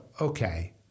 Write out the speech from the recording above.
Okay